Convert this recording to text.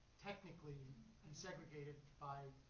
technically desegregated